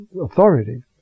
authority